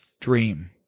dream